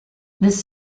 this